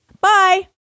Bye